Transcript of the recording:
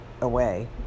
away